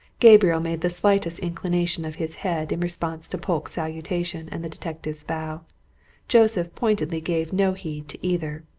gabriel made the slightest inclination of his head, in response to polke's salutation and the detective's bow joseph pointedly gave no heed to either.